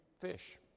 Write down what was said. fish